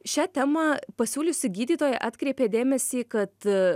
šia tema pasiūliusi gydytoja atkreipė dėmesį kad